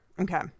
Okay